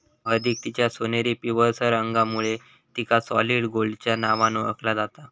हळदीक तिच्या सोनेरी पिवळसर रंगामुळे तिका सॉलिड गोल्डच्या नावान ओळखला जाता